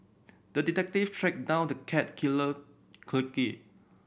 the detective tracked down the cat killer quickly